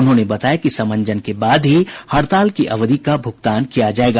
उन्होंने बताया कि समंजन के बाद ही हड़ताल की अवधि का भूगतान किया जायेगा